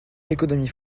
l’économie